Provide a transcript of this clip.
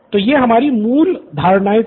तो ये हमारी मूल धारणाएं थी